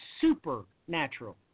supernatural